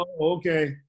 okay